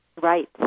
Right